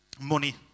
Money